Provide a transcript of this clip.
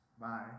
Bye